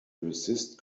resist